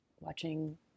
watching